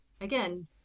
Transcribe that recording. again